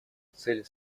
цель